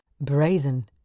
brazen